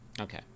Okay